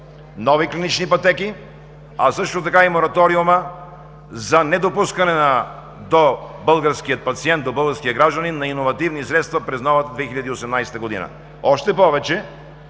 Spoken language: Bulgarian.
нови клинични пътеки, а също така и Мораториума за недопускане до българския пациент, до българския гражданин на иновативни средства през новата 2018 г. Още повече,